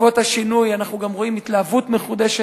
בעקבות השינוי אנחנו גם רואים התלהבות מחודשת,